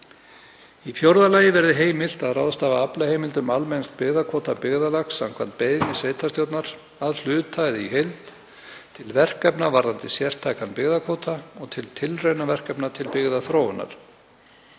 Í fjórða lagi verði heimilt að ráðstafa aflaheimildum almenns byggðakvóta byggðarlags, samkvæmt beiðni sveitarstjórnar, að hluta eða í heild, til verkefna varðandi sértækan byggðakvóta og til tilraunaverkefna til byggðaþróunar.